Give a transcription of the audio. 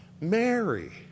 Mary